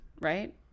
right